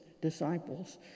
disciples